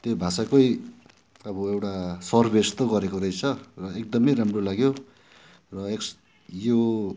त्यो भाषाको अब एउटा फोर बेस त गरेको रहेछ र एकदम राम्रो लाग्यो र एप्स यो